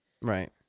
Right